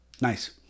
nice